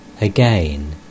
again